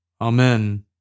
Amen